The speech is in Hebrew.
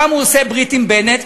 פעם הוא עושה ברית עם בנט,